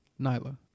Nyla